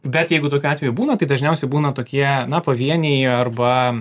bet jeigu tokių atvejų būna tai dažniausiai būna tokie na pavieniai arba